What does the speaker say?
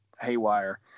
haywire